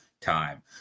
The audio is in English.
time